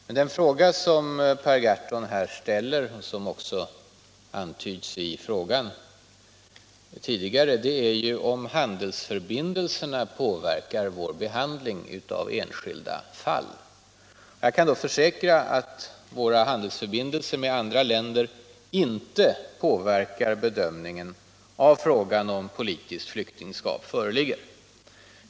Men den fråga som Per Gahrton ställer i dag - som också antyds i den tidigare inlämnade frågan — är om handelsförbindelserna påverkar vår behandling av enskilda fall. Jag kan då försäkra att våra handelsförbindelser med andra länder inte påverkar bedömningen av frågan, om politiskt flyktingskap föreligger.